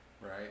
right